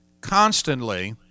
constantly